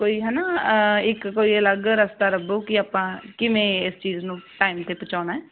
ਕੋਈ ਹਨਾ ਇੱਕ ਕੋਈ ਅਲੱਗ ਰਸਤਾ ਲੱਭੋ ਕਿ ਆਪਾਂ ਕਿਵੇਂ ਇਸ ਚੀਜ਼ ਨੂੰ ਟਾਈਮ ਤੇ ਪਹੁੰਚਾਉਣਾ